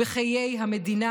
בחיי המדינה